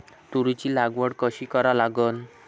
तुरीची लागवड कशी करा लागन?